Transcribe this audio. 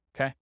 Okay